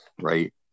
right